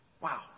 Wow